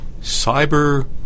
cyber